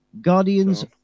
guardians